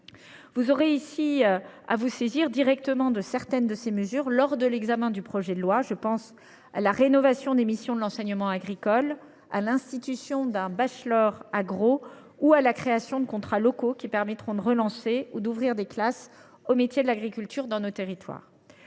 Vous aurez à vous saisir de certaines de ces mesures lors de l’examen du projet de loi : je pense à la rénovation des missions de l’enseignement agricole, à l’institution d’un bachelor agro ou à la création de contrats locaux qui permettront de relancer ou d’ouvrir des classes formant aux métiers de l’agriculture dans nos territoires.